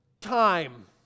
time